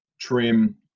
trim